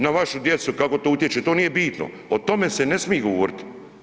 Na vašu djecu kako to utječe to nije bitno, o tome se ne smije govoriti.